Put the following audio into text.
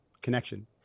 connection